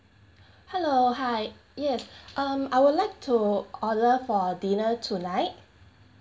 hello hi yes um I would like to order for dinner tonight